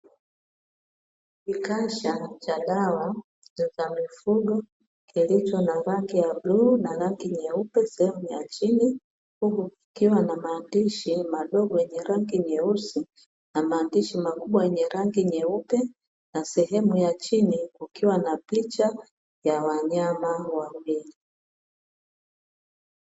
Kikasha cha dawa za mifugo kilicho na rangi ya bluu na rangi nyeupe sehemu ya chini, huku kukiwa na maandishi madogo yenye rangi nyeusi na maandishi makubwa yenye rangi nyeupe na sehemu ya chini kukiwa na picha ya wanyama wawili.